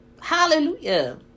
Hallelujah